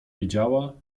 wiedziała